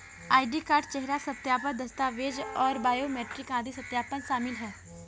ID card, चेहरा सत्यापन, दस्तावेज़ और बायोमेट्रिक आदि सत्यापन शामिल हैं